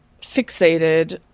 fixated